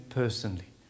personally